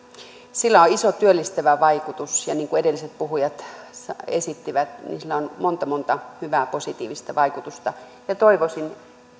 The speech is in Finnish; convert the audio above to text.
sillä on iso työllistävä vaikutus ja niin kuin edelliset puhujat esittivät sillä on monta monta hyvää positiivista vaikutusta toivoisin